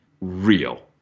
real